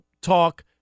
talk